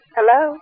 Hello